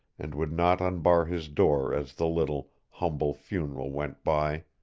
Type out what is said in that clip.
and would not unbar his door as the little, humble funeral went by.